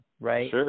right